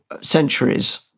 centuries